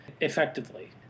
effectively